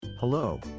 Hello